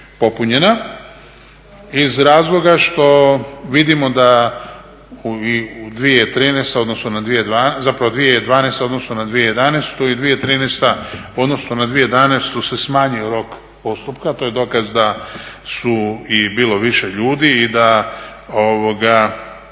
popunjena iz razloga što vidimo da 2013., zapravo 2012. u odnosu na 2011. i 2013. u odnosu na 2011. se smanjio rok postupka. To je dokaz da su i bilo više ljudi i da